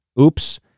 Oops